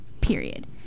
Period